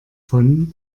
von